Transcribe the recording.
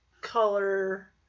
color